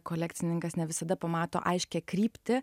kolekcininkas ne visada pamato aiškią kryptį